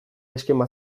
eskema